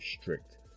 strict